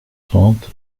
trente